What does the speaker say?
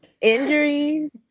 injuries